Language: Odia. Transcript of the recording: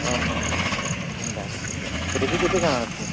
ଓହୋ ହ ଏନ୍ତା ଆଜ୍ଞା ଏବେ କେତେ କାଣା ଅଛି